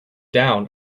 down